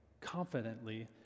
confidently